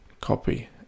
copy